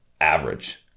average